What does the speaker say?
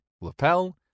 lapel